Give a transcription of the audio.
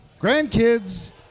Grandkids